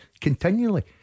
continually